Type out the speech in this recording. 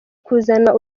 kuzana